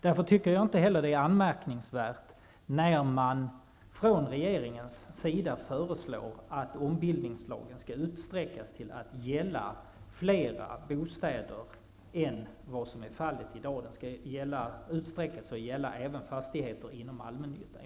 Därför tycker jag inte heller att det är anmärkningsvärt när regeringen föreslår att ombildningslagen skall utsträckas till att gälla flera bostäder än vad som nu är fallet. Den skall ju utsträckas till att även gälla fastigheter inom allmännyttan.